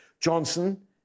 Johnson